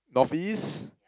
North East